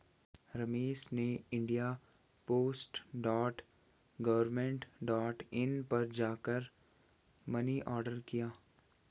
रमेश ने India post dot government dot in पर जा कर मनी ऑर्डर किया